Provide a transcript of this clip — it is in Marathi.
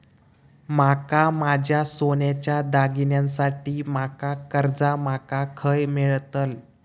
माका माझ्या सोन्याच्या दागिन्यांसाठी माका कर्जा माका खय मेळतल?